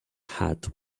hat